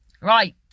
Right